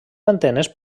antenes